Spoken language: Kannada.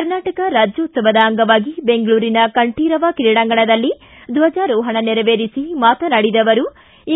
ಕರ್ನಾಟಕ ರಾಜ್ಣೋತ್ಲವದ ಅಂಗವಾಗಿ ಬೆಂಗಳೂರಿನ ಕಂಠೀರವ ಕ್ರೀಡಾಂಗಣದಲ್ಲಿ ಧ್ದಜಾರೋಹಣ ನೆರವೆರಿಸಿ ಮಾತನಾಡಿದ ಅವರು